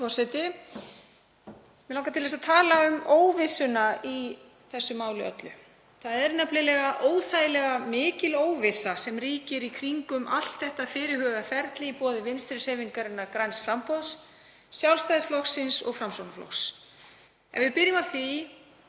Mig langar til að tala um óvissuna í þessu máli öllu. Það er nefnilega óþægilega mikil óvissa sem ríkir í kringum allt þetta fyrirhugaða ferli í boði Vinstrihreyfingarinnar – græns framboðs, Sjálfstæðisflokksins og Framsóknarflokks. Ef við byrjum á því